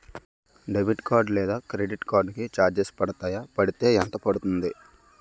Debit card లేదా credit card కి charges పడతాయా? పడితే ఎంత పడుతుంది?